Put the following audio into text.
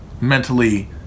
mentally